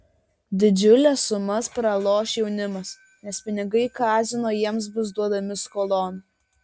didžiules sumas praloš jaunimas nes pinigai kazino jiems bus duodami skolon